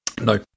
No